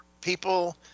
People